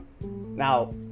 Now